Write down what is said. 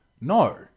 No